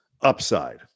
upside